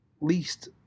least